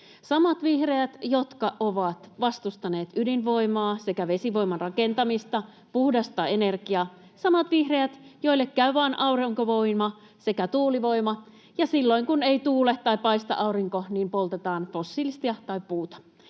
Samat vihreät, jotka ovat vastustaneet ydinvoimaa sekä vesivoiman rakentamista, puhdasta energiaa. Samat vihreät, joille käy vain aurinkovoima sekä tuulivoima, ja silloin kun ei tuule tai paista aurinko, poltetaan fossiilista tai puuta.